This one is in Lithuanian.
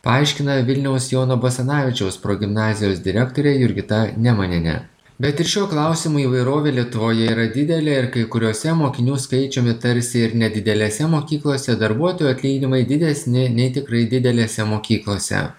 paaiškina vilniaus jono basanavičiaus progimnazijos direktorė jurgita nemanenė bet ir šiuo klausimu įvairovė lietuvoje yra didelė ir kai kuriose mokinių skaičiumi tarsi ir nedidelėse mokyklose darbuotojų atlyginimai didesni nei tikrai didelėse mokyklose